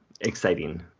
exciting